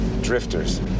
Drifters